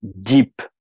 deep